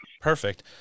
Perfect